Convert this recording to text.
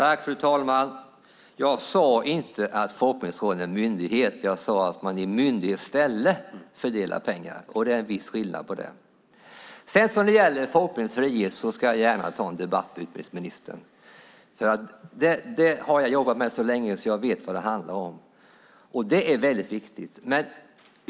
Fru talman! Jag sade inte att Folkbildningsrådet är en myndighet. Jag sade att man i myndighets ställe fördelar pengar. Det är en viss skillnad. När det gäller folkbildningens frihet ska jag gärna ta en debatt med utbildningsministern. Jag har jobbat med det så länge att jag vet vad det handlar om.